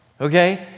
okay